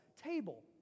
table